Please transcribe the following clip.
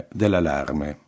dell'allarme